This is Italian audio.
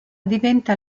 diventa